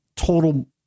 Total